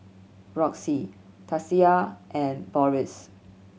Roxie Tasia and Boris